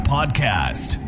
Podcast